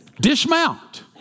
Dismount